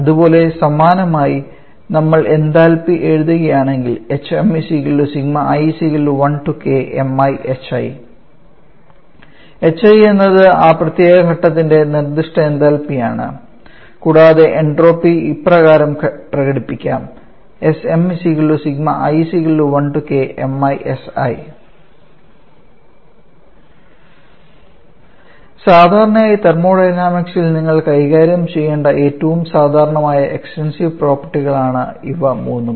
അതുപോലെ സമാനമായി നമ്മൾ എന്തൽപി എഴുതുകയാണെങ്കിൽ hi എന്നത് ആ പ്രത്യേക ഘടകത്തിന്റെ നിർദ്ദിഷ്ട എന്തൽപിയാണ് കൂടാതെ എൻട്രോപ്പി ഇപ്രകാരം പ്രകടിപ്പിക്കാം സാധാരണയായി തെർമോഡൈനാമിക്സിൽ നിങ്ങൾ കൈകാര്യം ചെയ്യേണ്ട ഏറ്റവും സാധാരണമായ എക്സ്ടെൻസീവ് പ്രോപ്പർട്ടികളാണ് ഇവ മൂന്നും